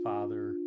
Father